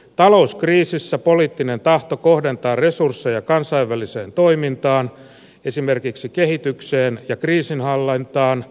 talouskriisissä poliittinen tahto kohdentaa resursseja kansainväliseen toimintaan esimerkiksi kehitykseen ja kriisinhallintaan vähenee